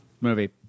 movie